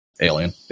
alien